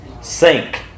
Sink